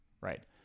right